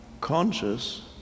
conscious